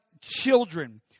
children